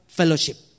fellowship